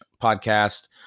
podcast